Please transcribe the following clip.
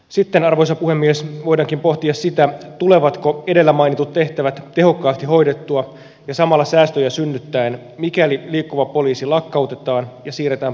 sitten arvoisa puhemies voidaankin pohtia sitä tulevatko edellä mainitut tehtävät tehokkaasti hoidettua ja samalla säästöjä synnyttäen mikäli liikkuva poliisi lakkautetaan ja siirretään paikallispoliisilaitosten yhteyteen